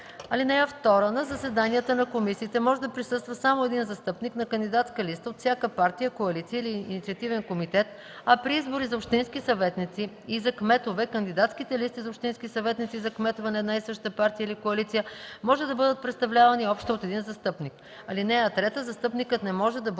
(2) На заседанията на комисиите може да присъства само един застъпник на кандидатска листа от всяка партия, коалиция или инициативен комитет, а при избори за общински съветници и за кметове кандидатските листи за общински съветници и за кметове на една и съща партия или коалиция може да бъдат представлявани общо от един застъпник. (3) Застъпникът не може да бъде